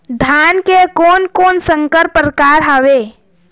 धान के कोन कोन संकर परकार हावे?